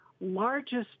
largest